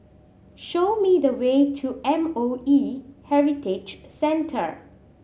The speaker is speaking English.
show me the way to M O E Heritage Centre